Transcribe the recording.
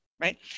Right